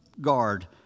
guard